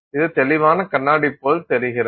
இது தெளிவான கண்ணாடி போல் தெரிகிறது